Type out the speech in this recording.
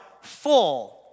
full